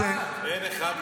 למה אתה משקר?